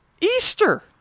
Easter